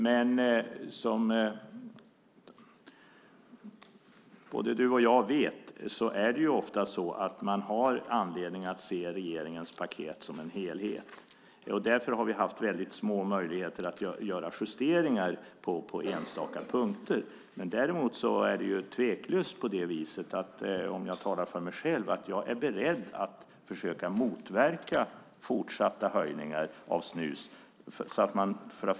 Men som både du och jag vet är det ofta så att man har anledning att se regeringens paket som en helhet. Därför har vi haft väldigt små möjligheter att göra justeringar på enstaka punkter. Däremot är det tveklöst på det viset, om jag talar för mig själv, att jag är beredd att försöka motverka fortsatta höjningar när det gäller snus.